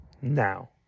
now